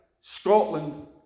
Scotland